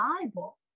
Bible